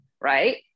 right